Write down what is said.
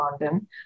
London